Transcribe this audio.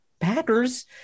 Packers